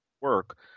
work